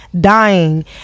Dying